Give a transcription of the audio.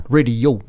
Radio